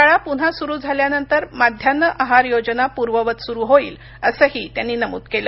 शाळा पुन्हा सुरू झाल्यानंतर माध्यान्ह आहार योजना पूर्ववत सुरू होईल असंही त्यांनी नमूद केलं